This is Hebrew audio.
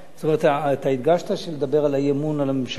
אתה הדגשת שנדבר על האי-אמון נגד הממשלה?